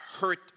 hurt